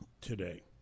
today